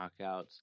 knockouts